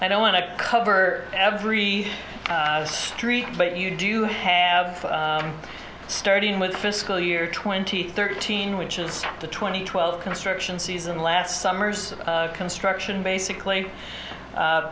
i don't want to cover every street but you do have starting with fiscal year twenty thirteen which is the twenty twelve construction season last summer construction basically